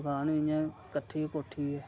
मकान बी इयां कट्ठी गै कोठी ऐ